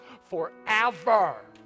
forever